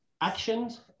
actions